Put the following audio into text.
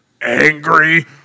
angry